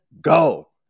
go